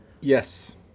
Yes